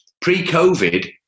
pre-COVID